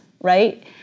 right